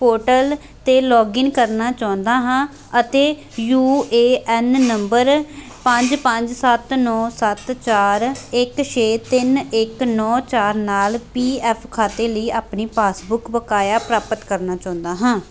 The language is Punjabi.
ਪੋਰਟਲ 'ਤੇ ਲੌਗਇਨ ਕਰਨਾ ਚਾਹੁੰਦਾ ਹਾਂ ਅਤੇ ਯੂ ਏ ਐਨ ਨੰਬਰ ਪੰਜ ਪੰਜ ਸੱਤ ਨੌਂ ਸੱਤ ਚਾਰ ਇੱਕ ਛੇ ਤਿੰਨ ਇੱਕ ਨੌਂ ਚਾਰ ਨਾਲ ਪੀ ਐਫ ਖਾਤੇ ਲਈ ਆਪਣੀ ਪਾਸਬੁੱਕ ਬਕਾਇਆ ਪ੍ਰਾਪਤ ਕਰਨਾ ਚਾਹੁੰਦਾ ਹਾਂ